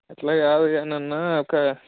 అట్లా కాదు గానీ అన్న ఒక